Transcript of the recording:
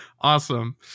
awesome